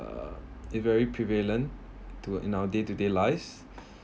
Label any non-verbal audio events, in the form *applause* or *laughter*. uh it very prevalent to in our day to day life *breath*